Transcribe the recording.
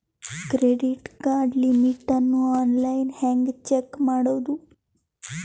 Credit card limit ಅನ್ನು online ಹೆಂಗ್ check ಮಾಡೋದು?